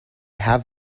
have